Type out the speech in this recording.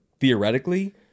Theoretically